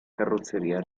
carrozzeria